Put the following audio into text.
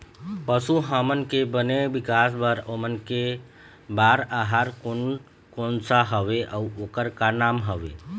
पशु हमन के बने विकास बार ओमन के बार आहार कोन कौन सा हवे अऊ ओकर का नाम हवे?